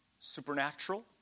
supernatural